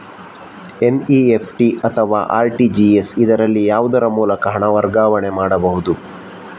NEFT ಅಥವಾ RTGS, ಇದರಲ್ಲಿ ಯಾವುದರ ಮೂಲಕ ಹಣ ವರ್ಗಾವಣೆ ಮಾಡಬಹುದು?